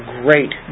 great